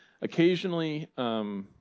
occasionally